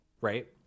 Right